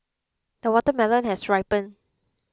the watermelon has ripened